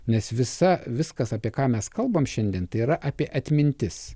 nes visa viskas apie ką mes kalbam šiandien tai yra apie atmintis